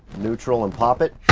neutral and pop it.